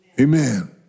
Amen